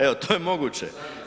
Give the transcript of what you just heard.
Evo, to je moguće.